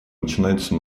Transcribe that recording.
начинается